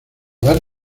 vas